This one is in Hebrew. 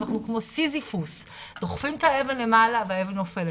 אנחנו כמו סיזיפוס-דוחפים את האבן למעלה והאבן נופלת,